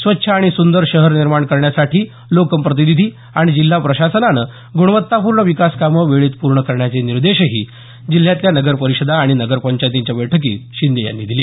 स्वच्छ आणि सुंदर शहर निर्माण करण्यासाठी लोकप्रतिनिधी आणि जिल्हा प्रशासनाने ग्णवत्तापूर्ण विकासकामे वेळेत पूर्ण करण्याचे निर्देशही जिल्ह्यातल्या नगर परिषदा आणि नगर पचायंतीच्या बैठकीत शिंदे यांनी दिले